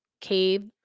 cave